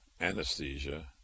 anesthesia